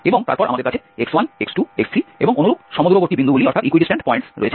এবং তারপরে আমাদের কাছে x1 x2x3 এবং অনুরূপ সমদূরবর্তী বিন্দুগুলি রয়েছে